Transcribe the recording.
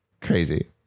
Crazy